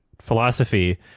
philosophy